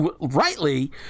rightly